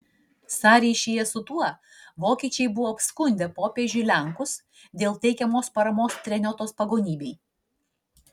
sąryšyje su tuo vokiečiai buvo apskundę popiežiui lenkus dėl teikiamos paramos treniotos pagonybei